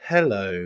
Hello